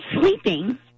sleeping